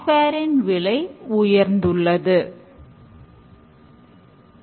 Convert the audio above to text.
code வடிவம் தவறென்றால் அதனை நிராகரித்து விட்டு புதியதாக எழுத வேண்டும்